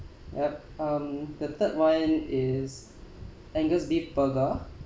yup um the third [one] is angus beef burger